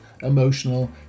emotional